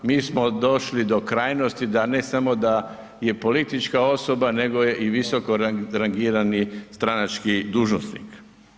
Mi smo došli do krajnosti da ne samo da je politička osoba nego je i visoko rangirani stranački dužnosnik.